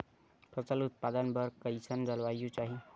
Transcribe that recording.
फसल उत्पादन बर कैसन जलवायु चाही?